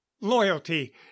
Loyalty